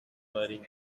putting